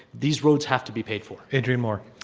these roads have to be paid for. adrian moore.